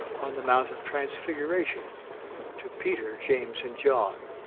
on the mount of transfiguration to peter, james, and john,